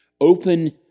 Open